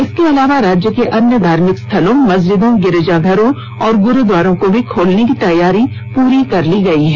इसके अलावा राज्य के अन्य धार्मिक स्थलों मस्जिदों गिरिजाघरों और ग्रूद्वारों को भी खोलने की तैयारी पूरी कर ली गई है